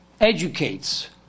educates